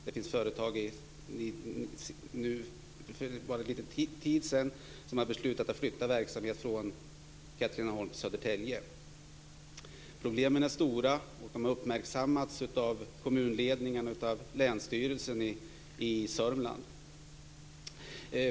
Det finns företag som bara för en liten tid sedan beslutade att flytta verksamhet från Katrineholm till Södertälje. Problemen är stora, och de har uppmärksammats av kommunledningen och av länsstyrelsen i Sörmland.